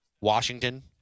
Washington